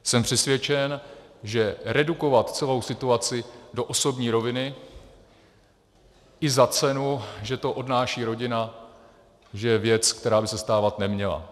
Jsem přesvědčen, že redukovat celou situaci do osobní roviny i za cenu, že to odnáší rodina, je věc, která by se stávat neměla.